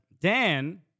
Dan